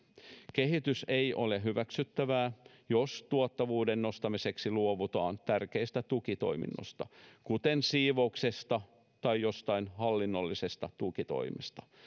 kehitys ei ole hyväksyttävää jos tuottavuuden nostamiseksi luovutaan tärkeistä tukitoiminnoista kuten siivouksesta tai jostain hallinnollisesta tukitoimesta